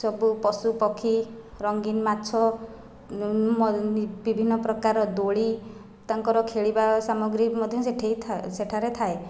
ସବୁ ପଶୁ ପକ୍ଷୀ ରଙ୍ଗୀନ ମାଛ ବିଭିନ୍ନ ପ୍ରକାର ଦୋଳି ତାଙ୍କର ଖେଳିବା ସାମଗ୍ରୀ ମଧ୍ୟ ସେଠିଥା ସେଠାରେ ଥାଏ